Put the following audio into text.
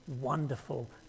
wonderful